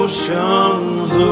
Oceans